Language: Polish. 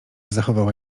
zachowała